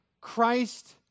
Christ